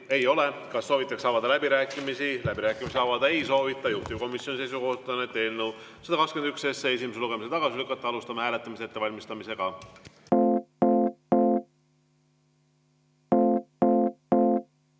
ei ole. Kas soovitakse avada läbirääkimisi? Läbirääkimisi avada ei soovita. Juhtivkomisjoni seisukoht on eelnõu 121 esimesel lugemisel tagasi lükata. Alustame hääletamise ettevalmistamist. Head